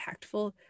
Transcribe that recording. impactful